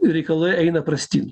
reikalai eina prastyn